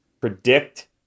predict